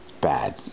bad